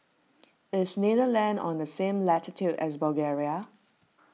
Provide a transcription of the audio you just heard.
is Netherlands on the same latitude as Bulgaria